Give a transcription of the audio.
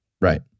Right